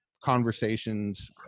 conversations